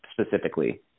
specifically